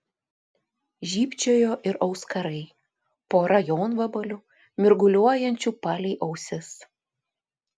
žybčiojo ir auskarai pora jonvabalių mirguliuojančių palei ausis